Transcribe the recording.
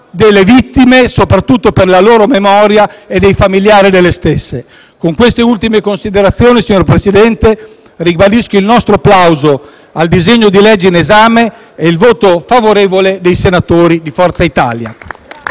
delle vittime, soprattutto per la loro memoria, e dei familiari delle stesse. Con queste ultime considerazioni, signor Presidente, ribadisco il nostro plauso al disegno di legge in esame e il voto favorevole dei senatori del Gruppo di Forza Italia.